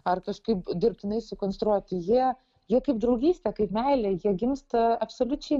ar kažkaip dirbtinai sukonstruoti jie jie kaip draugystė kaip meilė jie gimsta absoliučiai